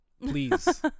please